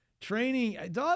training